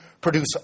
produce